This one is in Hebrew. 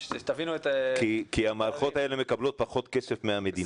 כי המערכות האלה מקבלות פחות כסף מהמדינה.